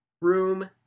room